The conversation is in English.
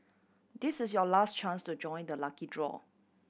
this is your last chance to join the lucky draw